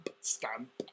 Stamp